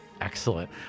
Excellent